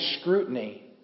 scrutiny